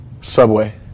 subway